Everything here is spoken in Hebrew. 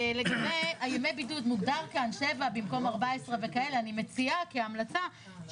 לגבי ימי הבידוד מוגדר כאן שבעה ימי בידוד במקום 14. אני מציעה שלא